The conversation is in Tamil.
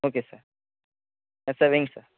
ஓகே சார் சார் வைங்க சார்